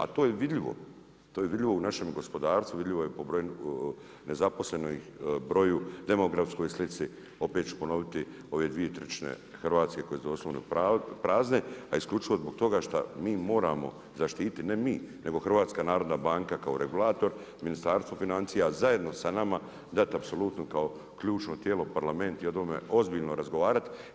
A to je vidljivo, to je vidljivo u našeg gospodarstvu, vidljivo je po broju nezaposlenih, demografskoj slici, opet ću ponoviti, ove 2/3 Hrvatske koje su doslovno prazne, a isključivo zbog toga što mi moramo zaštiti, ne mi nego HNB kao regulator, Ministarstvo financija, zajedno sa nama, apsolutno kao ključno tijelo, Parlament, i o tome ozbiljno razgovarati.